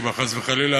שמא חס וחלילה,